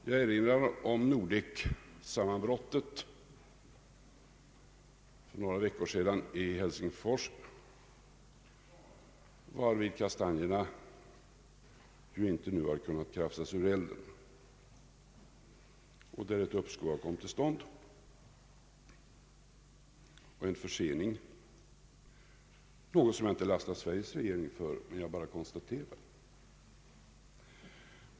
Jag erinrar om Nordeksammanbrottet för några veckor sedan i Helsingfors, varvid kastanjerna inte ännu har kunnat krafsas ur elden utan ett uppskov och en försening har kommit till stånd. Detta lastar jag inte regeringen för, jag bara konstaterar det.